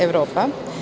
Evropa“